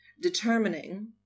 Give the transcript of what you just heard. determining